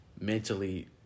mentally